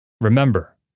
remember